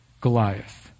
Goliath